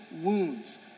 wounds